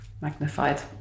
magnified